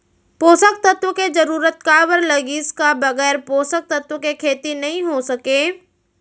पोसक तत्व के जरूरत काबर लगिस, का बगैर पोसक तत्व के खेती नही हो सके?